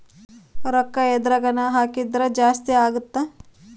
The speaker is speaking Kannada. ರೂಕ್ಕ ಎದ್ರಗನ ಹಾಕಿದ್ರ ಜಾಸ್ತಿ ಅಗುತ್ತ